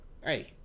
hey